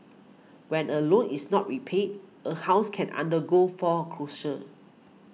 when a loan is not repaid a house can undergo foreclosure